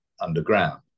underground